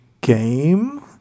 game